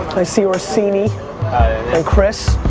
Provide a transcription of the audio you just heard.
i see rossini and chris.